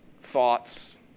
thoughts